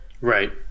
Right